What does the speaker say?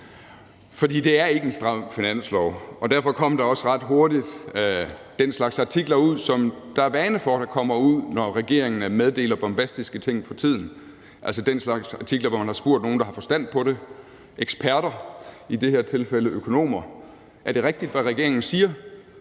For det er ikke en stram finanslov. Derfor kom der også ret hurtigt den slags artikler ud, som der for tiden er vane for kommer ud, når regeringen meddeler bombastiske ting, altså den slags artikler, hvor man har spurgt nogle, der har forstand på det – eksperter, i det her tilfælde økonomer: Er det rigtigt, hvad regeringen siger?